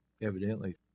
evidently